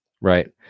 right